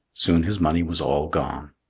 soon his money was all gone.